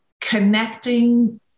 connecting